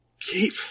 keep